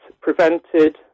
prevented